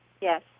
Yes